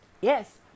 Yes